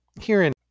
Herein